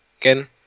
again